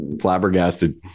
Flabbergasted